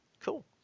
Cool